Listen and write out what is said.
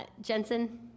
Jensen